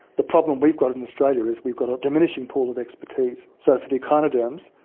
the problem we've got in australia is we've got a diminishing pool of expertise. so for the echinoderms,